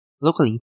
Locally